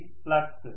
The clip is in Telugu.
అది ఫ్లక్స్